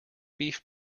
beef